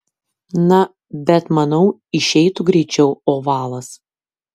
na bet manau išeitų greičiau ovalas